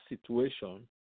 situation